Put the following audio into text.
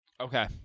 Okay